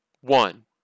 One